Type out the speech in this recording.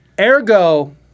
ergo